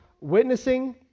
witnessing